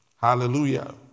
Hallelujah